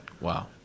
Wow